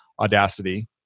Audacity